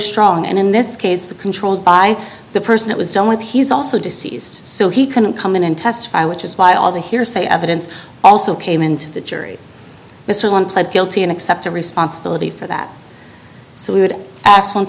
strong and in this case the controlled by the person it was done with he's also deceased so he couldn't come in and testify which is why all the hearsay evidence also came into the jury was one pled guilty and accepted responsibility for that so we would ask once